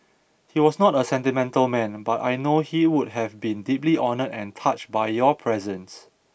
he was not a sentimental man but I know he would have been deeply honoured and touched by your presence